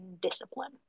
discipline